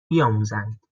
بیاموزند